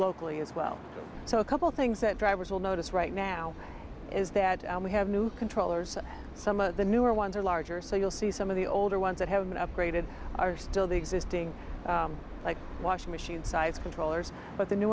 locally as well so a couple things that drivers will notice right now is that we have new controllers some of the newer ones are larger so you'll see some of the older ones that have been upgraded are still the existing like washing machine size controllers but the new